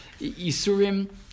isurim